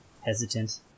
hesitant